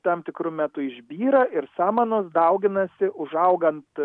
tam tikru metu išbyra ir samanos dauginasi užaugant